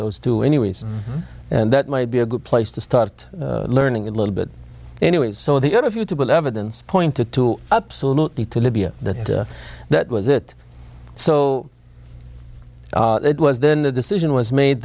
those two anyways and that might be a good place to start learning a little bit anyways so they got a few to build evidence pointed to absolutely to libya that that was it so it was then the decision was made